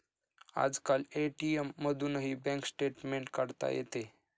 आजकाल ए.टी.एम मधूनही bank statement काढता येते